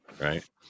Right